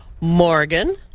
Morgan